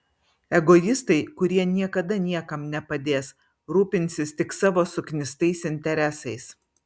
egoistai kurie niekada niekam nepadės rūpinsis tik savo suknistais interesais